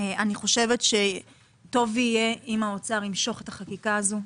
אני חושבת שטוב יהיה אם האוצר ימשוך את החקיקה הזו.